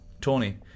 Tony